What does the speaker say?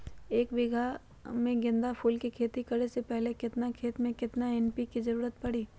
एक बीघा में गेंदा फूल के खेती करे से पहले केतना खेत में केतना एन.पी.के के जरूरत परी?